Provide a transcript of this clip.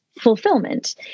fulfillment